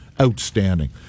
Outstanding